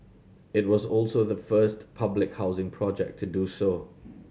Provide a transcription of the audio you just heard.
it was also the first public housing project to do so